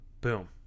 boom